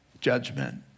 judgment